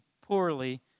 poorly